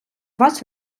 вас